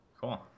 Cool